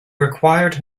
required